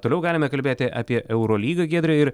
toliau galime kalbėti apie eurolygą giedre ir